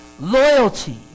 Loyalty